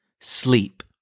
sleep